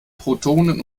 protonen